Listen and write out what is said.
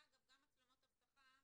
גם מצלמות אבטחה,